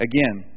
Again